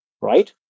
Right